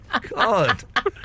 God